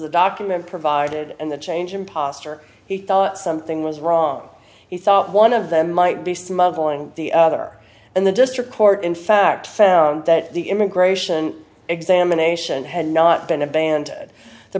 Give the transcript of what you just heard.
the document provided and the change in posture he thought something was wrong he thought one of them might be smuggling the other and the district court in fact found that the immigration examination had not been a band th